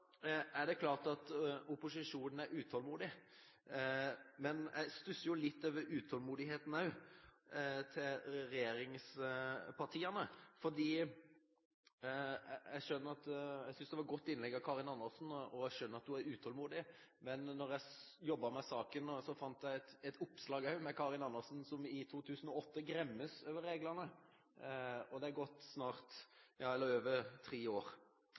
er det klart at opposisjonen er utålmodig. Men jeg stusser også litt over utålmodigheten til regjeringspartiene. Jeg synes det var et godt innlegg av Karin Andersen, og jeg skjønner at hun er utålmodig, men da jeg jobbet med saken, fant jeg et innlegg av Karin Andersen som i 2008 gremmes over reglene – det er gått over tre år